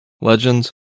legends